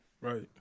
right